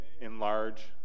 enlarge